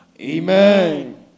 Amen